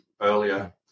earlier